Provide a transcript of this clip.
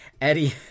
Eddie